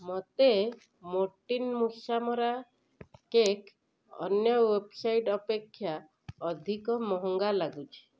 ମୋତେ ମୋର୍ଟିନ୍ ମୂଷା ମରା କେକ୍ ଅନ୍ୟ ୱେବ୍ସାଇଟ୍ ଅପେକ୍ଷା ଅଧିକ ମହଙ୍ଗା ଲାଗୁଛି